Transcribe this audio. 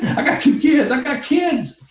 i got two kids, i got kids.